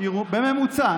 בממוצע,